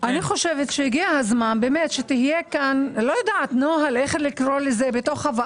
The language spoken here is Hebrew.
חושבת שהגיע הזמן שיהיה כאן נוהל בוועדה,